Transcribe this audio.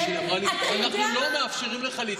שלי אמרה לי: אנחנו לא מאפשרים לך להתקרב,